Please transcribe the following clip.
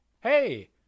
Hey